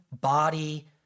body